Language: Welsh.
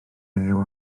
unrhyw